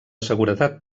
seguretat